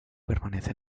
permanece